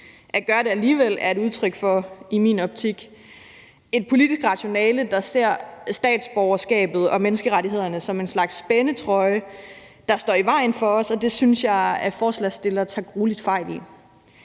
At gøre det alligevel er i min optik et udtryk for et politisk rationale, der ser statsborgerskabet og menneskerettighederne som en slags spændetrøje, der står i vejen for os, og det synes jeg at forslagsstillerne tager grueligt fejl i.